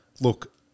Look